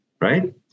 right